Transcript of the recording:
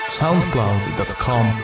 Soundcloud.com